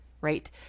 right